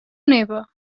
neva